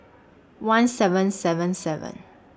one seven seven seven